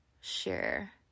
share